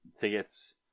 Tickets